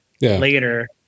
later